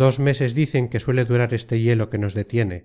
dos meses dicen que suele durar este hielo que nos detiene